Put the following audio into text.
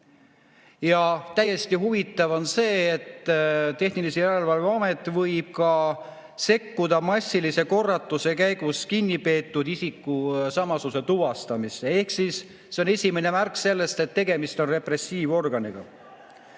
Ja täiesti huvitav on see, et tehnilise järelevalve amet võib ka sekkuda massilise korratuse käigus kinni peetud isiku samasuse tuvastamisse. Ehk see on esimene märk sellest, et tegemist on repressiivorganiga.